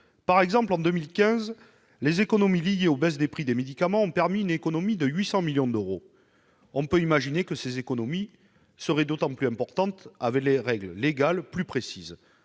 Par exemple, en 2015, les économies liées aux baisses des prix des médicaments ont atteint 800 millions d'euros. On peut imaginer que ces économies seraient encore plus importantes avec des dispositions légales plus précises.